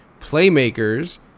playmakers